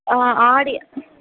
ஆ ஆடி